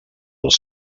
els